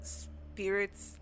spirits